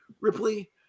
Ripley